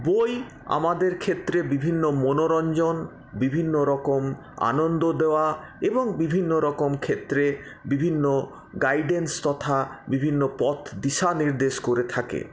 বই আমাদের ক্ষেত্রে বিভিন্ন মনোরঞ্জন বিভিন্ন রকম আনন্দ দেওয়া এবং বিভিন্ন রকম ক্ষেত্রে বিভিন্ন গাইডেন্স তথা বিভিন্ন পথ দিশা নির্দেশ করে থাকে